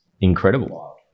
incredible